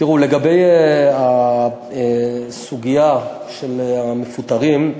תראו, לגבי הסוגיה של המפוטרים,